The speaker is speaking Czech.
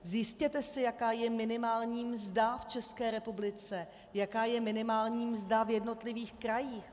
Zjistěte si, jaká je minimální mzda v České republice, jaká je minimální mzda v jednotlivých krajích.